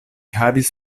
havis